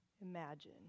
Imagine